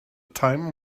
time